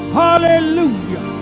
hallelujah